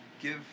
give